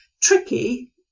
tricky